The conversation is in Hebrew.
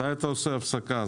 מתי אתה עושה הפסקה?